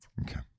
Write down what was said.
Okay